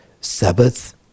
Sabbath